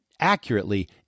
accurately